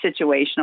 situational